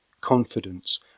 confidence